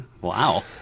wow